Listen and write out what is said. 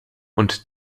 und